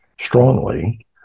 strongly